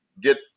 get